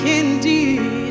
indeed